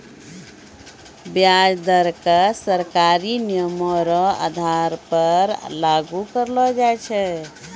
व्याज दर क सरकारी नियमो र आधार पर लागू करलो जाय छै